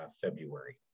February